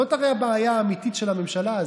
זאת הרי הבעיה האמיתית של הממשלה הזו: